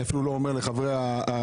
אני אפילו לא מדבר על חברי הקואליציה,